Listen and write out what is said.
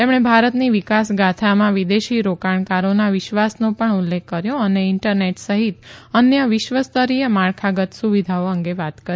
તેમણે ભારતની વિકાસ ગોાથામાં વિદેશી રોકાણકારોના વિશ્વાસનો પણ ઉલ્લેખ કર્યો અને ઇન્પરને સહિત અન્ય વિશ્વ સ્તરીય માળખાગત સુવિધાઓ અંગે વાત કરી